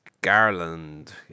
Garland